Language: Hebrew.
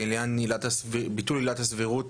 לעניין ביטול עילת הסבירות